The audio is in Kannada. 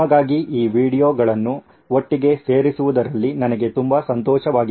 ನಿಮಗಾಗಿ ಈ ವೀಡಿಯೊಗಳನ್ನು ಒಟ್ಟಿಗೆ ಸೇರಿಸುವುದರಲ್ಲಿ ನನಗೆ ತುಂಬಾ ಸಂತೋಷವಾಗಿದೆ